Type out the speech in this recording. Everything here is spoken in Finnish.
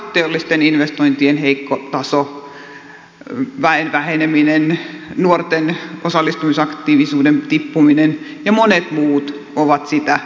teollisten investointien heikko taso väen väheneminen nuorten osallistumisaktiivisuuden tippuminen ja monet muut ovat sitä selittämässä